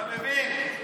אתה מבין?